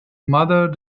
mother